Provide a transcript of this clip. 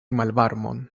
malvarmon